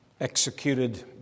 executed